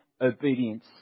obedience